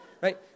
right